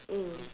mm